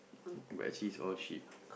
but actually is all sheep